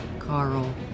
Carl